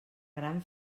gran